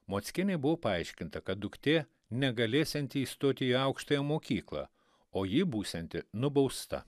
mockienei buvo paaiškinta kad duktė negalėsianti įstoti į aukštąją mokyklą o ji būsianti nubausta